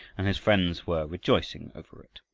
and his friends were rejoicing over it.